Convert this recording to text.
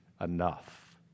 enough